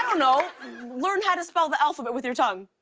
know know learn how to spell the alphabet with your tongue.